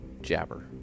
Jabber